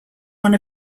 one